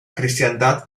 cristiandad